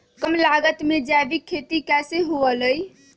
कम लागत में जैविक खेती कैसे हुआ लाई?